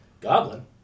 Goblin